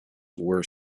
were